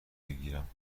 بگیرم